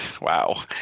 Wow